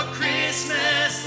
Christmas